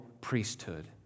priesthood